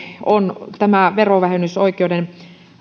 on tämä verovähennysoikeuden